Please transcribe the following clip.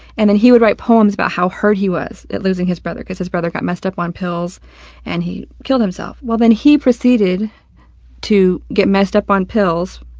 and then he would write poems about how hurt he was at losing his brother because his brother got messed up on pills and he killed himself. well, then proceeded to get messed up on pills,